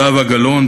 זהבה גלאון,